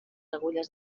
agulles